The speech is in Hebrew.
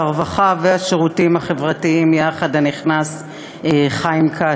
הרווחה והשירותים החברתיים יחד הנכנס חיים כץ.